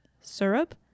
syrup